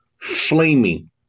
flaming